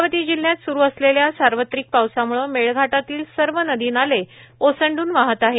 अमरावती जिल्ह्यात सुरू असलेल्या सार्वत्रिक पावसामुळं मेळघाटातील सर्व नदीनाले ओसंडून वाहत आहेत